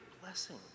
blessing